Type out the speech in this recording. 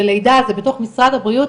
ולידה זה של משרד הבריאות.